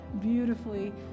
beautifully